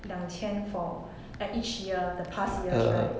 两千 for ea~ each year the past years right